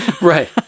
Right